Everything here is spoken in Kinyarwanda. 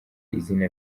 izina